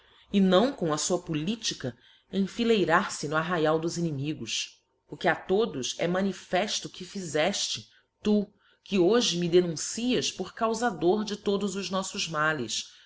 e não com a fua politica ennleirar fe no arraial dos inimigos o que a todos é manifefto que fizefte tu que hoje me denuncias por caufador de todos os noflbs males